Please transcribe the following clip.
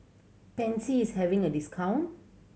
Pansy is having a discount